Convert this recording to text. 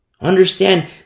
understand